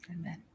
Amen